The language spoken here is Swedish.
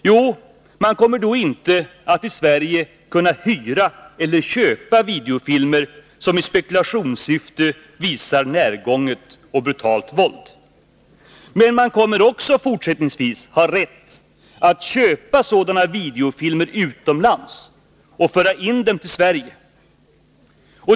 Jo, man kommer då inte att i Sverige kunna hyra eller köpa videofilmer som i spekulationssyfte visar närgånget och brutalt våld. Men man kommer också fortsättningsvis ha rätt att köpa sådana videofilmer utomlands och att föra in dem till Sverige.